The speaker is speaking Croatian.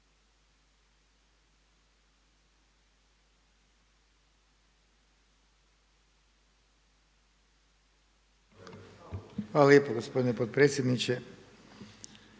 Hvala lijepo poštovani potpredsjedniče,